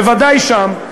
בוודאי שם,